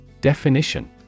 Definition